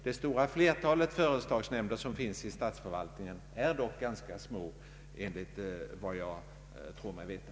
Det stora flertalet företagsnämnder i statsförvaltningen är dock ganska små, enligt vad jag tror mig veta.